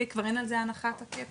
כבר אין על זה הנחת הקאפ